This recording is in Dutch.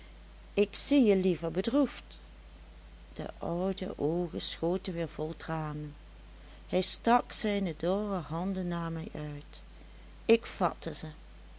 ik zie je liever bedroefd de oude oogen schoten weer vol tranen hij stak zijne dorre handen naar mij uit ik vatte ze